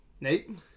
Nate